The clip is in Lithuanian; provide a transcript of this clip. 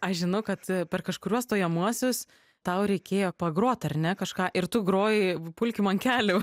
aš žinu kad per kažkuriuos stojamuosius tau reikėjo pagrot ar ne kažką ir tu groji pulkim ant kelių